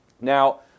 Now